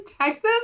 Texas